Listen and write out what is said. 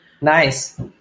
Nice